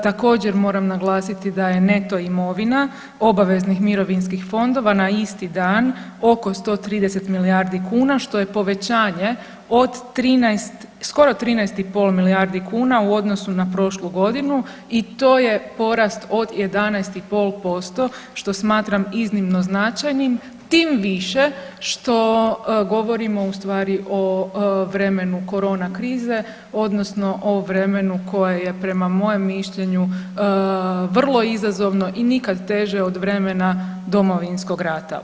Također moram naglasiti da je neto imovina obaveznih mirovinskih fondova na isti dan oko 130 milijardi kuna što je povećanje od 13, skoro 13,5 milijardi kuna u odnosu na prošlu godinu i to je porast od 11,5% što smatram iznimno značajnim tim više što govorimo ustvari o vremenu korona krize odnosno o vremenu koje je prema mojem mišljenju vrlo izazovno i nikad teže od vremena Domovinskog rata.